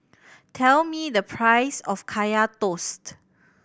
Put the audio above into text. tell me the price of Kaya Toast